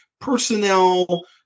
personnel